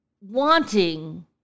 wanting